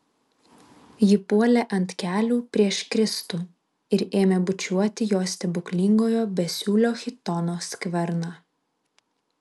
ji puolė ant kelių prieš kristų ir ėmė bučiuoti jo stebuklingojo besiūlio chitono skverną